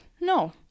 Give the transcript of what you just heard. no